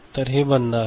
तर हे बंद आहे